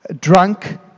drunk